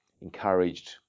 encouraged